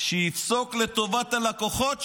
שיפסוק לטובת הלקוחות שלי,